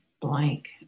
blank